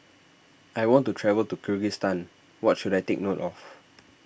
I want to travel to Kyrgyzstan what should I take note of